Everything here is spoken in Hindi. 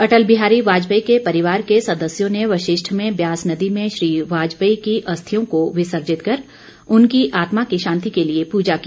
अटल बिहारी वाजपेयी के परिवार के सदस्यों ने वशिष्ठ में ब्यास नदी में श्री वाजपेयी की अस्थियों को विसर्जित कर उनकी आत्मा की शांति के लिए पूजा की